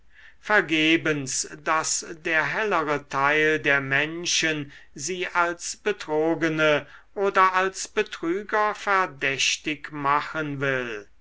vergebens daß der hellere teil der menschen sie als betrogene oder als betrüger verdächtig machen will